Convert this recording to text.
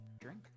drink